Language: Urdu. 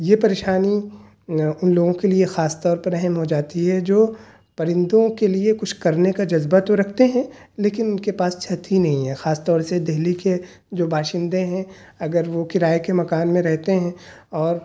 یہ پریشانی ان لوگوں کے لیے خاص طور پر اہم ہو جاتی ہے جو پرندوں کے لیے کچھ کرنے کا جذبہ تو رکھتے ہیں لیکن ان کے پاس چھت ہی نہیں ہے خاص طور سے دہلی کے جو باشندے ہیں اگر وہ کرائے کے مکان میں رہتے ہیں اور